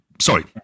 sorry